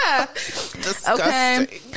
Okay